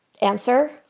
answer